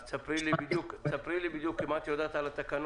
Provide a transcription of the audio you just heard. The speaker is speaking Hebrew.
אז ספרי לי בדיוק אם את יודעת על התקנות.